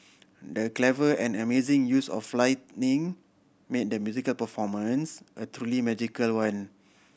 the clever and amazing use of lighting made the musical performance a truly magical one